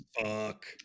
fuck